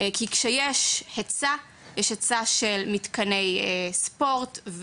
כשיש היצע של מתקני ספורט,